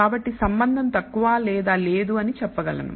కాబట్టి సంబంధం తక్కువ లేదా లేదు అని చెప్పగలను